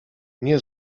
nie